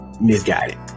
misguided